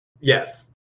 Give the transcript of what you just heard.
Yes